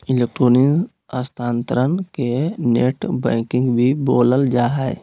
electronic स्थानान्तरण के net banking भी बोलल जा हइ